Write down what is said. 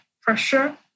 pressure